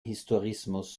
historismus